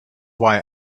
why